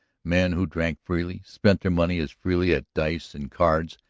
men who drank freely, spent their money as freely at dice and cards,